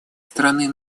стороны